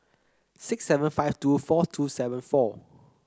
six seven five two four two seven four